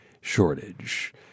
shortage